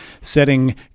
setting